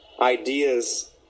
ideas